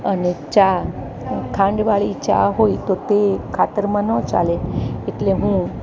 અને ચા ખાંડવાળી ચા હોય તો તે ખાતરમાં ન ચાલે એટલે હું